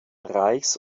reichs